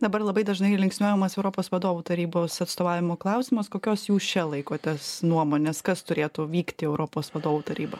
dabar labai dažnai linksniuojamas europos vadovų tarybos atstovavimo klausimas kokios jūs čia laikotės nuomonės kas turėtų vykt į europos vadovų taryba